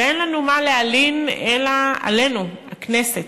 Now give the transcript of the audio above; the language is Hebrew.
ואין לנו מה להלין אלא עלינו, הכנסת,